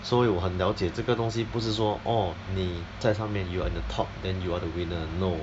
所以我很了解这个东西不是说 orh 你在上面 you are in the top then you are the winner no